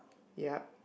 yup